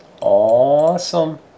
Awesome